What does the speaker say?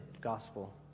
gospel